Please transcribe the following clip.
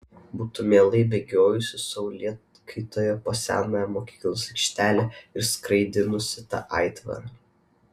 būtų mielai bėgiojusi saulėkaitoje po senąją mokyklos aikštelę ir skraidinusi tą aitvarą